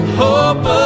hope